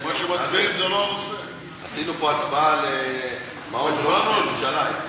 עשינו הצבעה על מעונות-יום בירושלים.